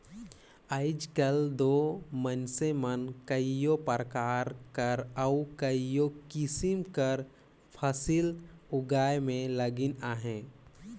आएज काएल दो मइनसे मन कइयो परकार कर अउ कइयो किसिम कर फसिल उगाए में लगिन अहें